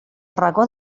racó